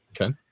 Okay